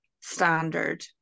standard